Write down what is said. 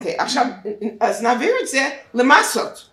‫אוקיי, עכשיו, אז נעביר את זה למסות.